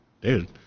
Dude